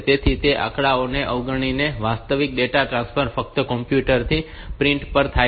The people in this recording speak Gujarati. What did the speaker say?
તેથી તે આંકડાઓને અવગણીને વાસ્તવિક ડેટા ટ્રાન્સફર ફક્ત કમ્પ્યુટર થી પ્રિન્ટર પર થાય છે